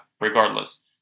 regardless